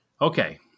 Okay